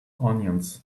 onions